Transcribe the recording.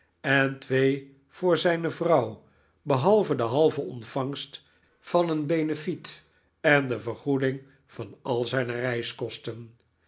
en twee voor zfcjne vrouw behalve de halve ontvangst van een benefiet en de vergoeding van al zijne reiskosten